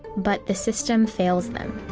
but the system fails them.